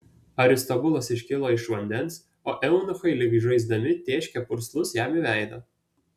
aristobulas iškilo iš vandens o eunuchai lyg žaisdami tėškė purslus jam į veidą